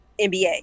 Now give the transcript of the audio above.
NBA